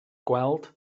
gweld